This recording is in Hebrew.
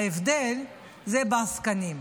ההבדל הוא בעסקנים.